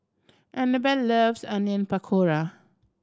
Annabel loves Onion Pakora